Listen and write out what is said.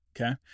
okay